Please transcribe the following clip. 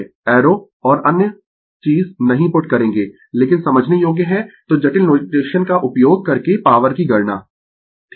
arrow और अन्य चीज नहीं पुट करेंगें लेकिन समझने योग्य है तो जटिल नोटेशन का उपयोग करके पॉवर की गणना ठीक है